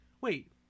Wait